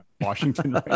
Washington